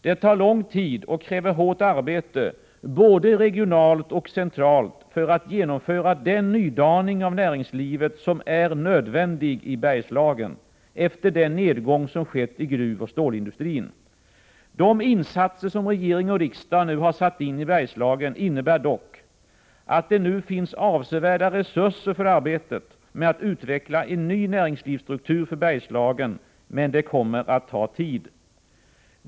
Det tar lång tid och krävs hårt arbete både regionalt och centralt att genomföra den nydaning av näringslivet som är nödvändig i Bergslagen efter den nedgång som skett i gruvoch stålindustrin. De insatser som regering och riksdag nu har satt in i Bergslagen innebär dock att det finns avsevärda resurser för arbetet med att utveckla en ny näringslivsstruktur för Bergslagen, men det kommer att ta tid.